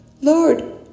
lord